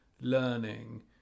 learning